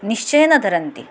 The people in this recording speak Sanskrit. निश्चयेन धरन्ति